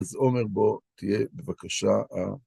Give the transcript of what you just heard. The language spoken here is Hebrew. אז עומר, בוא תהיה בבקשה ה...